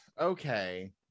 okay